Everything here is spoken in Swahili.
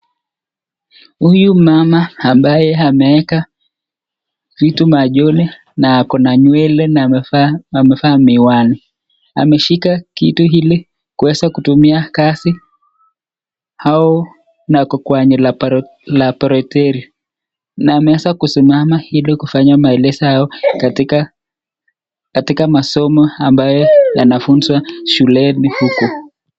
huyu mama ambaye ameweka vitu machoni na ako na nywele na amevaa miwani, amevaa kitu hilikuweza kutumia kazi hao na wako kwenye (laboratory) na ameweza kusimama hilo kufanya maelezo hayo katika masomo ambaye anafunzwa shuleni huku.